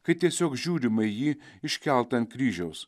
kai tiesiog žiūrima į jį iškeltą ant kryžiaus